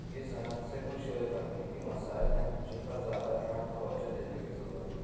یہ صنعت سے کچھ تکنیکی مسائل ہیں جن پر زیادہ دھیان توجہ دینے کی ضرورت ہے